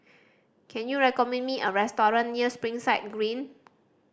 can you recommend me a restaurant near Springside Green